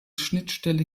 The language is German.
schnittstelle